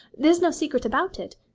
there's no secret about it.